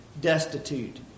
destitute